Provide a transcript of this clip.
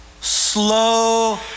slow